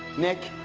nick,